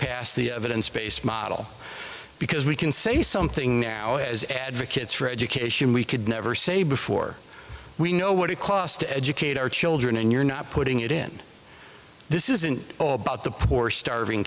passed the evidence based model because we can say something now as advocates for education we could never say before we know what it costs to educate our children and you're not putting it in this isn't all about the poor starving